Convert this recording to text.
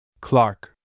clark